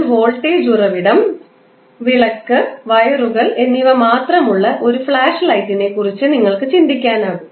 ഒരു വോൾട്ടേജ് ഉറവിടം വിളക്ക് വയറുകൾ എന്നിവ മാത്രമുള്ള ഒരു ഫ്ലാഷ് ലൈറ്റിനെക്കുറിച്ച് നിങ്ങൾക്ക് ചിന്തിക്കാനാകും